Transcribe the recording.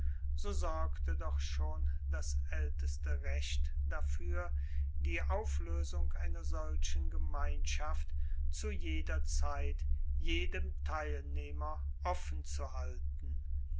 so sorgte doch schon das aelteste recht dafuer die aufloesung einer solchen gemeinschaft zu jeder zeit jedem teilnehmer offenzuhalten